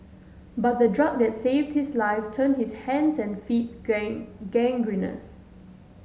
but the drug that saved his life turned his hands and feet gangrenous